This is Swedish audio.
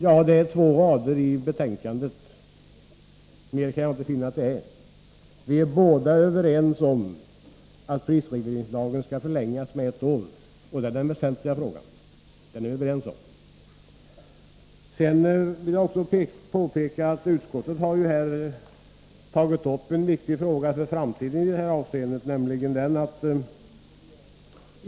Ja, det är två rader i betänkandet. Mer kan jag inte finna att det är. Vi är överens om att prisregleringslagen skall förlängas med ett år. Det är den väsentliga frågan, och på den punkten är vi alltså överens. Jag vill också påpeka att utskottet här har tagit upp en i detta avseende viktig fråga för framtiden.